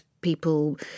people